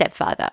stepfather